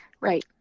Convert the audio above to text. Right